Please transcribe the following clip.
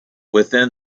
within